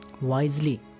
wisely